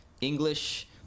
English